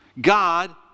God